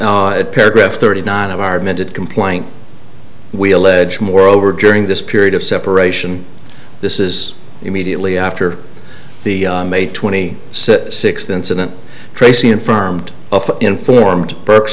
yawners paragraph thirty nine of our admitted complaint we allege moreover during this period of separation this is immediately after the may twenty sixth incident tracey infirmed of informed